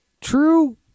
true